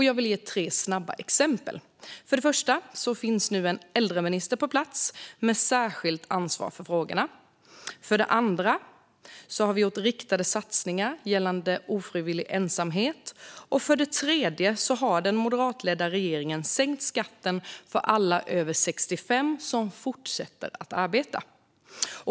Jag vill ge tre snabba exempel. För det första finns det nu en äldreminister med särskilt ansvar för frågorna. För det andra har vi gjort riktade satsningar när det gäller ofrivillig ensamhet. För det tredje har den moderatledda regeringen sänkt skatten för alla över 65 år som fortsätter att arbeta.